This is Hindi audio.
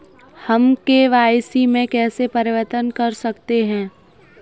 हम के.वाई.सी में कैसे परिवर्तन कर सकते हैं?